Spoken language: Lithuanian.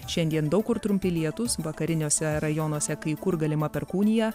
šiandien daug kur trumpi lietūs vakariniuose rajonuose kai kur galima perkūnija